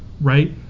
right